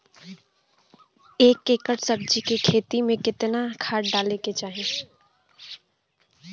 एक एकड़ सब्जी के खेती में कितना खाद डाले के चाही?